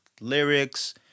lyrics